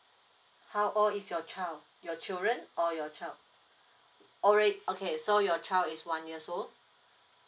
how old is your child your children or your child uh alread~ okay so your child is one years old